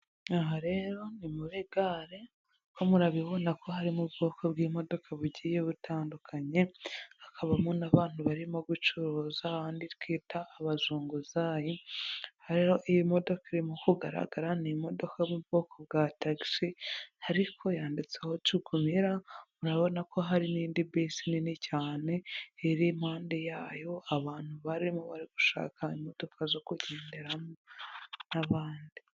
Aha rero muriregare ho murabibona ko harimo ubwoko bw'imodoka bugiye butandukanye, hakabamo n'abantu barimo gucuruza abandi twita abazunguzayi, rero modoka iri mu kugaragara ni imodoka yo mu bwoko bwa tagisi ariko yanditseho jugumila, murabona ko hari n'indi bisi nini cyane irimpande yayo abantu barimo bari gushaka imodoka zo kugenderamo n'abandi.